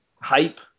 hype